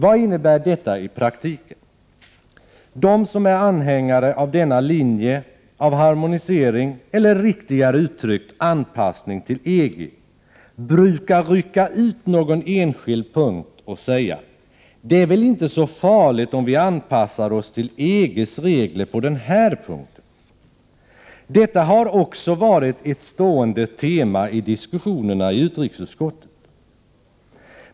Vad innebär detta i praktiken? De som är anhängare av denna linje av harmonisering eller, riktigare uttryckt, anpassning till EG brukar rycka ut någon enskild punkt och säga: ”Det är väl inte så farligt om vi anpassar oss till EG:s regler på den här punkten.” Detta har också varit ett stående tema i diskussionerna i utrikesutskottet.